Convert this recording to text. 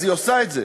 אז היא עושה את זה.